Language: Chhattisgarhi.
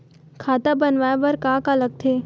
खाता बनवाय बर का का लगथे?